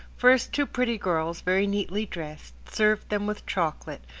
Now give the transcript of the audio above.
first, two pretty girls, very neatly dressed, served them with chocolate,